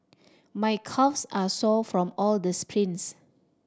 my calves are sore from all the sprints